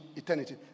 eternity